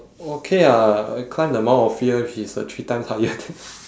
okay ah I climbed the mount ophir which is uh three times higher than